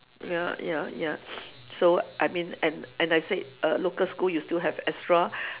ya ya ya so I mean and and I said uh local school you still have extra